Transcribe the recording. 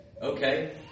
Okay